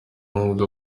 nubwo